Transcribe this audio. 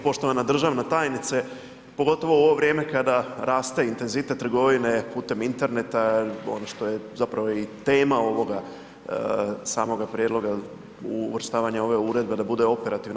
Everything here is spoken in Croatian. Poštovana državna tajnice pogotovo u ovo vrijeme kada raste intenzitet trgovine putem interneta ono što je zapravo i tema ovoga samoga prijedloga uvrštavanja ove uredbe da bude operativna.